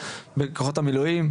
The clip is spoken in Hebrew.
בכוחות המילואים,